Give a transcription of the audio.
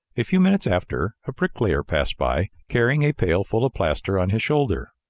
a few minutes after, a bricklayer passed by, carrying a pail full of plaster on his shoulder.